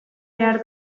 behar